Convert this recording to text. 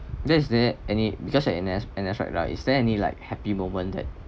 is there any because in N_S N_S right is there any like happy moment that